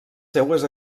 seues